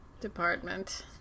department